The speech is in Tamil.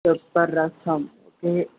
pepper rasam okay